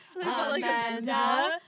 Amanda